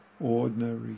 ordinary